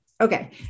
Okay